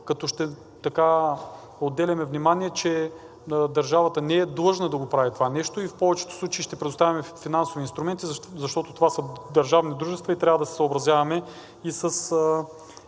ще отделяме внимание, че държавата не е длъжна да го прави това нещо, и в повечето случаи ще предоставяме финансови инструменти, защото това са държавни дружества и трябва да се съобразяваме и